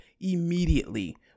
immediately